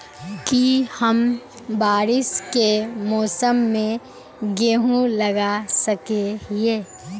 की हम बारिश के मौसम में गेंहू लगा सके हिए?